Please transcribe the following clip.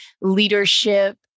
leadership